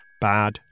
bad